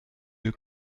you